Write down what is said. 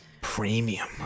Premium